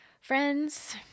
Friends